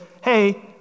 hey